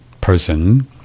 person